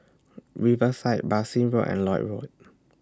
Riverside Bassein Road and Lloyd Road